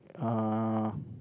uh